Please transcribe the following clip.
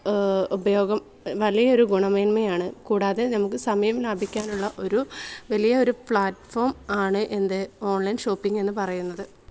ഉപയോഗം വലിയ ഒരു ഗുണമേന്മയാണ് കൂടാതെ നമുക്ക് സമയം ലാഭിക്കാനുള്ള ഒരു വലിയൊരു പ്ലാറ്റ്ഫോം ആണ് എന്ത് ഓൺലൈൻ ഷോപ്പിങ് എന്ന് പറയുന്നത്